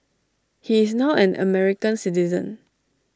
he is now an American citizen